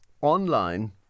online